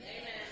Amen